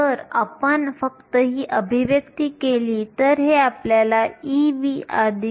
जर आपण फक्त ही अभिव्यक्ती केली तर हे आपल्याला Ev 0